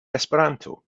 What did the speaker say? esperanto